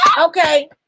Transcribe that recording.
Okay